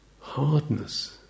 hardness